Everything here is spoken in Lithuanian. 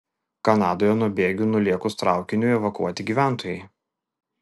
kanadoje nuo bėgių nulėkus traukiniui evakuoti gyventojai